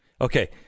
Okay